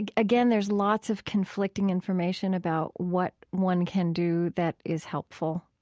and again, there's lots of conflicting information about what one can do that is helpful.